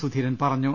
സുധീരൻ പറ ഞ്ഞു